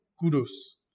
kudos